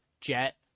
Jet